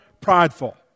prideful